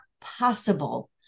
possible